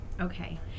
Okay